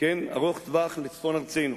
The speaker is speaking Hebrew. טווח לצפון ארצנו.